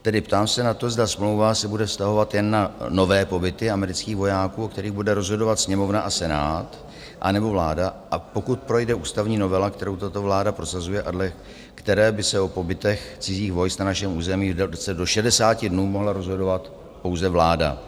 Tedy ptám se na to, zda smlouva se bude vztahovat jen na nové pobyty amerických vojáků, o kterých bude rozhodovat Sněmovna a Senát anebo vláda, a pokud projde ústavní novela, kterou tato vláda prosazuje a dle které by o pobytech cizích vojsk na našem území v délce do 60 dnů mohla rozhodovat pouze vláda.